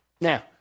Now